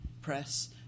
press